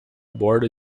borda